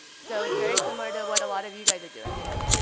so it's very similar to what a lot of you guys are doing, you know,